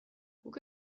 guk